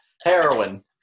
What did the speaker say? Heroin